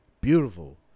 Beautiful